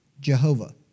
Jehovah